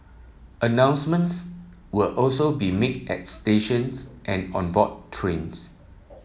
announcements will also be made at stations and on board trains